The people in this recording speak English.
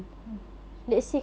ah